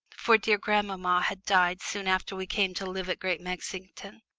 for dear grandmamma had died soon after we came to live at great mexington.